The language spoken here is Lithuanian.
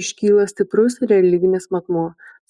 iškyla stiprus religinis matmuo